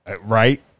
right